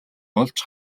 олж